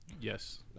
Yes